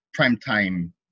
primetime